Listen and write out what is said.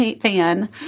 fan